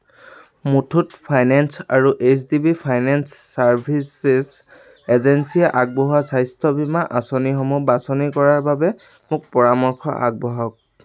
Muthoot finance আৰু H D B finance services এজেঞ্চিয়ে আগবঢ়োৱা স্বাস্থ্য বীমা আঁচনিসমূহ বাছনি কৰাৰ বাবে মোক পৰামৰ্শ আগবঢ়াওক